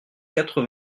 quatre